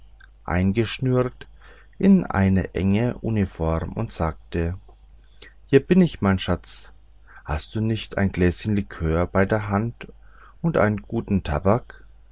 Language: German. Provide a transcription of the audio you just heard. eingeschnürt in eine enge uniform und sagte hier bin ich mein schatz hast du nicht ein gläschen likör bei der hand und einen guten tabak